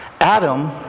Adam